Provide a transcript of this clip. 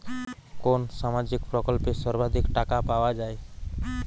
কোন সামাজিক প্রকল্পে সর্বাধিক টাকা পাওয়া য়ায়?